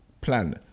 plan